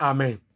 Amen